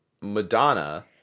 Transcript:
Madonna